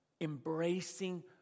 embracing